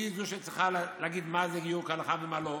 והיא שצריכה להגיד מה זה גיור כהלכה ומה לא.